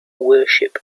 worship